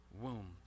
womb